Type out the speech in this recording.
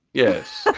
yes.